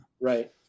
Right